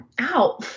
Ow